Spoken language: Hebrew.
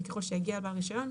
וככל שיגיע בעל רישיון,